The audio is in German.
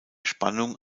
spannung